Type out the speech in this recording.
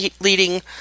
leading –